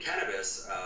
cannabis